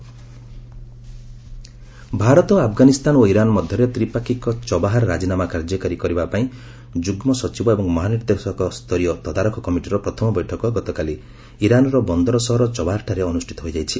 MEA Chabahar Bharat Afghanistan ଓ Iran ମଧ୍ୟରେ ତ୍ରିପାକ୍ଷୀକ ଚବାହାର ରାଜିନାମା କାର୍ଯ୍ୟକାରୀ କରିବା ପାଇଁ ଯୁଗ୍ମ ସଚିବ ଏବଂ ମହାନିର୍ଦ୍ଦେଶକ ସ୍ତରୀୟ ତଦାରଖ କମିଟିର ପ୍ରଥମ ବୈଠକ ଗତକାଲି ଇରାନ୍ର ବନ୍ଦର ସହର ଚବାହାରଠାରେ ଅନୁଷ୍ଠିତ ହୋଇଯାଇଛି